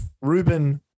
Ruben